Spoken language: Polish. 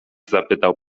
zapytał